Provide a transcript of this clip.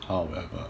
however